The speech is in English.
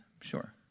Sure